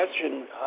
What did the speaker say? question